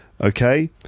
Okay